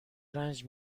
رنج